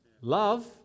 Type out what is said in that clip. love